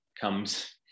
comes